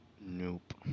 Nope